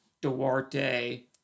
Duarte